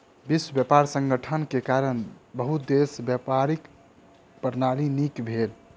विश्व व्यापार संगठन के कारण बहुत देशक व्यापार प्रणाली नीक भेल